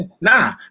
nah